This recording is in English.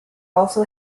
also